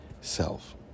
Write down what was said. self